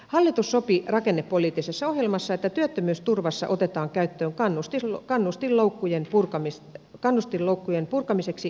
hallitus sopi rakennepoliittisessa ohjelmassaan että työttömyysturvassa otetaan käyttöön kannustinloukkujen purkamiseksi suojaosa